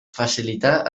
facilitar